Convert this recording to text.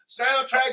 soundtrack